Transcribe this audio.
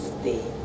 stay